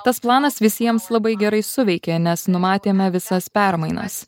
tas planas visiems labai gerai suveikė nes numatėme visas permainas